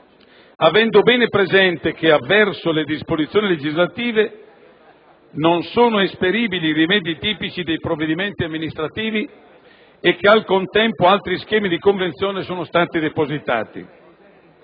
avendo bene presente che avverso le disposizioni legislative non sono esperibili i rimedi tipici dei provvedimenti amministrativi e che, al contempo, altri schemi di convenzione sono stati depositati.